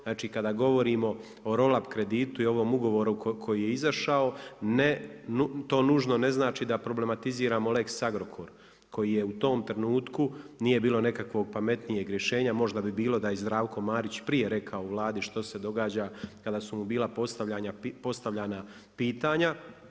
Znači kada govorimo o roll up kreditu i o ovom ugovoru koji je izašao, to nužno ne znači da problematiziramo lex Agrokor, koji je u tom trenutku, nije bilo nekakvog pametnijeg rješenja, možda bi bilo, da je Zdravko Marić, prije rekao u Vladi rekao što se događa kada su mu bila postavljena pitanja.